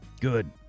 Good